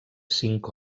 cinc